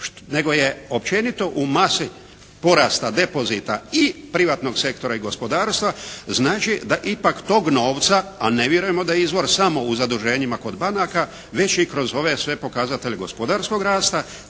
nego je općenito u masi porasta depozita i privatnog sektora i gospodarstva znači da ipak tog novca, a ne vjerujemo da je izvor samo u zaduženjima kod banaka, veći kroz ove sve pokazatelje gospodarskog rasta,